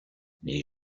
les